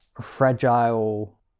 fragile